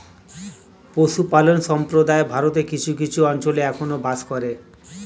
পশুপালক সম্প্রদায় ভারতের কিছু কিছু অঞ্চলে এখনো বাস করে